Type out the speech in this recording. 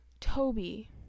Toby